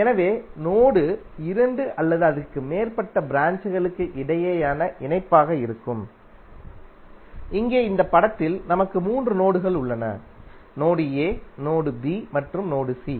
எனவே நோடு இரண்டு அல்லது அதற்கு மேற்பட்ட ப்ராஞ்ச்களுக்கு இடையேயான இணைப்பாக இருக்கும் இங்கே இந்த படத்தில் நமக்கு மூன்று நோடுகள் உள்ளன நோடு a நோடு b மற்றும் நோடு c